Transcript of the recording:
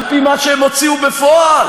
על-פי מה שהם הוציאו בפועל.